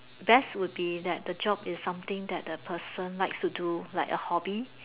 best would be that the job is something that the person likes to do like a hobby